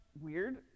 weird